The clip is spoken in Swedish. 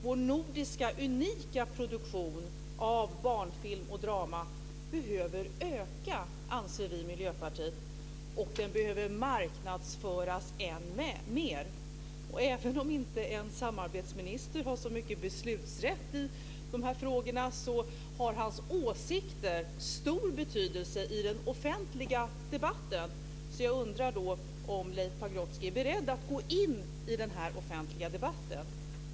Vår nordiska unika produktion av barnfilm och drama behöver öka, anser vi i Miljöpartiet, och den behöver marknadsföras än mer. Även om en samarbetsminister inte har så stor beslutsrätt i dessa frågor har hans åsikter stor betydelse i den offentliga debatten, så jag undrar om Leif Pagrotsky är beredd att gå in i denna offentliga debatt.